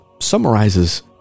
summarizes